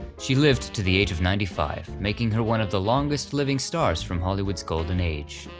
she lived to the age of ninety five, making her one of the longest living stars from hollywood's golden age.